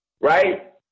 right